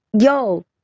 Yo